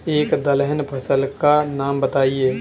एक दलहन फसल का नाम बताइये